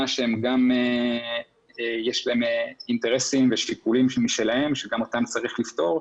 שגם להם יש אינטרסים ושיקולים שלהם שהם וגם אותם צריך לפתור.